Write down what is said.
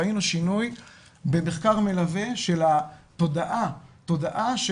ראינו שינוי במחקר מלווה של התודעה של